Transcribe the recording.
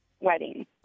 wedding